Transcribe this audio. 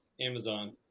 Amazon